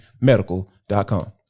medical.com